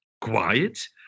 quiet